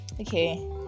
okay